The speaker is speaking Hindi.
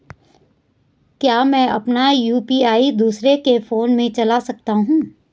क्या मैं अपना यु.पी.आई दूसरे के फोन से चला सकता हूँ?